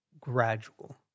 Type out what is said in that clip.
gradual